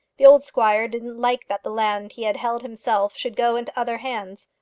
the old squire didn't like that the land he had held himself should go into other hands.